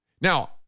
Now